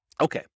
Okay